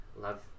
love